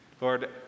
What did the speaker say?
lord